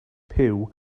puw